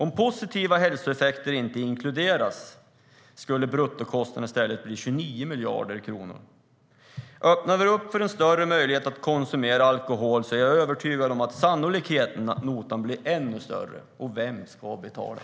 Om positiva hälsoeffekter inte inkluderas blir bruttokostnaden 29 miljarder kronor enligt denna beräkning. Öppnar vi för större möjligheter att konsumera alkohol är jag övertygad om att notan blir ännu större. Vem ska betala?